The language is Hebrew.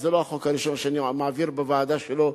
וזה לא החוק הראשון שאני מעביר בוועדה שלו,